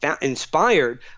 inspired